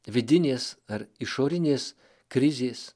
vidinės ar išorinės krizės